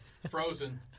Frozen